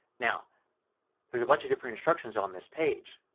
now there's a bunch of different instructions on this page.